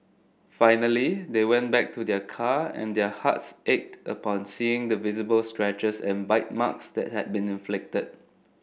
finally they went back to their car and their hearts ached upon seeing the visible scratches and bite marks that had been inflicted